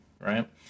right